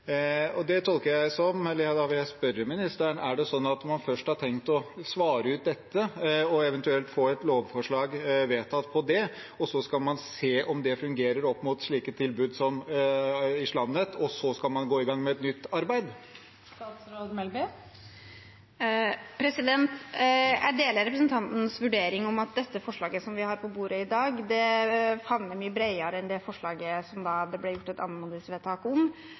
Da vil jeg spørre statsråden: Er det sånn at man først har tenkt å svare ut dette og eventuelt få et lovforslag vedtatt om det, så skal man se om det fungerer opp mot slike tilbud som fra Islam Net, og så skal man gå i gang med et nytt arbeid? Jeg deler representantens vurdering av at dette forslaget som vi har på bordet i dag, favner mye bredere enn det forslaget som det ble gjort et anmodningsvedtak om.